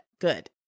good